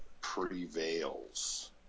prevails